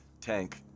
tank